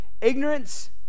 ignorance